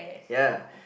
ya